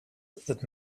that